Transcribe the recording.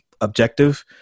objective